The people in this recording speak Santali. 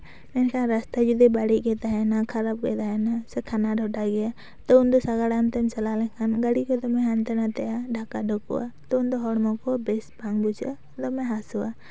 ᱢᱮᱱᱠᱷᱟᱱ ᱨᱟᱥᱛᱟ ᱡᱩᱫᱤ ᱵᱟᱹᱲᱤᱡ ᱜᱮ ᱛᱟᱦᱮᱱᱟ ᱠᱷᱟᱨᱟᱯ ᱜᱮ ᱛᱟᱦᱮᱱᱟ ᱥᱮ ᱠᱷᱟᱱᱟ ᱰᱷᱚᱸᱰᱟ ᱜᱮᱭᱟᱛᱚ ᱩᱱ ᱫᱚ ᱥᱟᱜᱟᱲᱚᱢ ᱛᱮᱢ ᱪᱟᱞᱟᱣ ᱞᱮᱱᱠᱷᱟᱱ ᱜᱟᱲᱤ ᱠᱚ ᱫᱚᱢᱮ ᱦᱟᱱᱛᱮ ᱱᱟᱛᱮᱜᱼᱟ ᱰᱷᱟᱠᱟ ᱰᱷᱩᱠᱩᱜᱼᱟ ᱩᱱᱫᱚ ᱦᱚᱲᱢᱚ ᱠᱚ ᱵᱮᱥ ᱵᱟᱝ ᱵᱩᱡᱷᱟᱹᱜᱼᱟ ᱫᱚᱢᱮ ᱦᱟᱹᱥᱩᱣᱟ